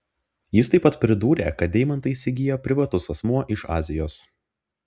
jis taip pat pridūrė kad deimantą įsigijo privatus asmuo iš azijos